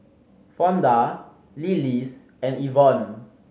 Fonda Lillis and Evonne